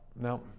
no